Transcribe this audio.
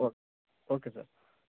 okay okay sir